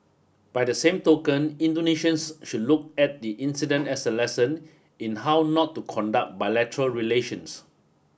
by the same token Indonesians should look at the incident as a lesson in how not to conduct bilateral relations